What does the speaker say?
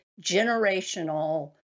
generational